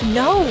no